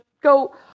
go